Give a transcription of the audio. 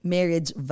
Marriage